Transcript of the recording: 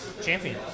champion